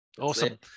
awesome